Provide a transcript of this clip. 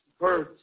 birds